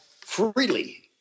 freely